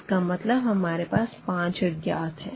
इसका मतलब हमारे पास 5 अज्ञात है